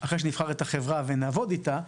אחרי שנבחר את החברה ונעבוד איתה,